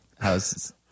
How's